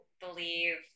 believe